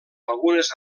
algunes